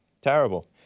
Terrible